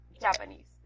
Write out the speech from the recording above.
Japanese